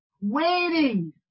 waiting